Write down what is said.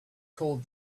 called